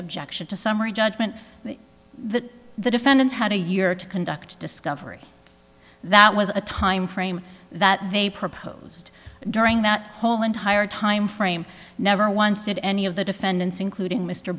objection to summary judgment that the defendants had a year to conduct discovery that was a time frame that they propose during that whole entire time frame never once did any of the defendants including mr